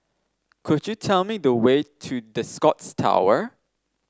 could you tell me the way to The Scotts Tower